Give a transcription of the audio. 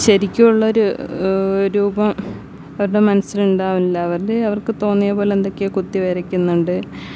ശരിക്കും ഉള്ളൊരു രൂപം അവരുടെ മനസ്സിലുണ്ടാകില്ല അവരുടെ അവർക്ക് തോന്നിയപോലെ എന്തൊക്കെയോ കുത്തി വരക്കുന്നുണ്ട്